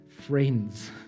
friends